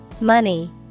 Money